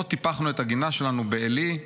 לא טיפחנו את הגינה שלנו בעלי.